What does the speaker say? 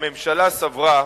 הממשלה סברה,